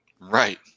Right